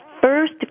first